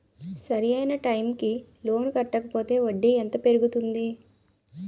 సరి అయినా టైం కి లోన్ కట్టకపోతే వడ్డీ ఎంత పెరుగుతుంది?